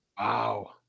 Wow